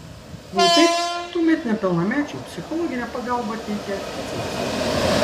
jei taip tuomet nepilnamečiui psichologinę pagalbą teikia specialistai